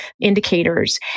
indicators